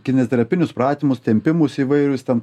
kineziterapinius pratimus tempimus įvairius ten